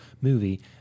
movie